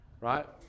right